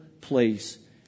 place